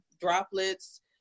droplets